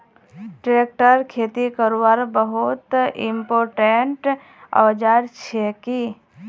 tractor खेती करवार बहुत इंपोर्टेंट औजार छिके